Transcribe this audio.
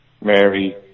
Mary